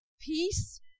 Peace